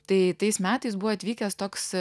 tai tais metais buvo atvykęs toks